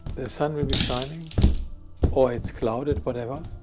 the sun will be shining or it's cloudy. whatever,